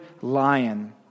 lion